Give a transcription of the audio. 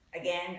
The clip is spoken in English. again